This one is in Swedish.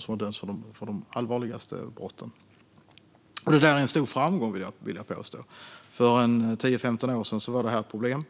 som dömts för de allvarligaste brotten. Detta är en stor framgång, vill jag påstå. För 10-15 år sedan var det här ett problem.